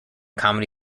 comedy